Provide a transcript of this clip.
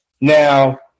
Now